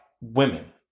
women